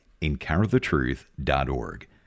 EncounterTheTruth.org